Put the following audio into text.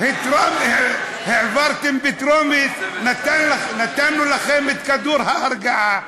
העברתם בטרומית, נתנו לכם את כדור ההרגעה.